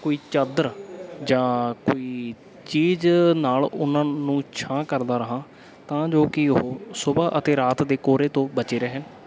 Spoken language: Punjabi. ਕੋਈ ਚਾਦਰ ਜਾਂ ਕੋਈ ਚੀਜ਼ ਨਾਲ ਉਹਨਾਂ ਨੂੰ ਛਾਂ ਕਰਦਾ ਰਹਾਂ ਤਾਂ ਜੋ ਕਿ ਉਹ ਸੁਬਹਾ ਅਤੇ ਰਾਤ ਦੇ ਕੋਹਰੇ ਤੋਂ ਬਚੇ ਰਹਿਣ